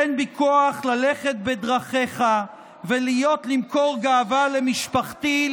תן בי כוח ללכת בדרכיך ולהיות למקור גאווה למשפחתי,